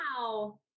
Wow